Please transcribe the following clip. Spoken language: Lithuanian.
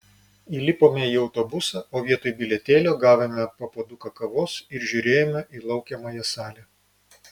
įlipome į autobusą o vietoj bilietėlio gavome po puoduką kavos ir žiūrėjome į laukiamąją salę